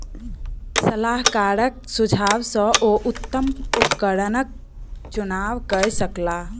सलाहकारक सुझाव सॅ ओ उत्तम उपकरणक चुनाव कय सकला